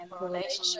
relationship